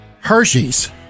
Hershey's